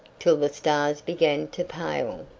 till the stars began to pale,